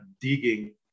digging